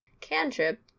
Cantrip